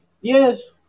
yes